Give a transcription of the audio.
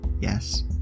yes